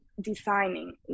designing